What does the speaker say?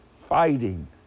fighting